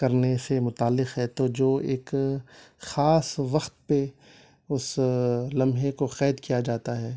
کرنے سے متعلق ہے تو جو ایک خاص وقت پہ اس لمحہ کو قید کیا جاتا ہے